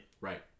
Right